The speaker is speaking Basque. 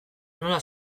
nola